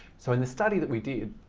so in the study that we did,